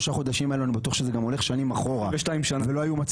שנים אני מבין שלא תמיד המחקרים פוגעים למה שאנחנו צריכים לעשות